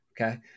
okay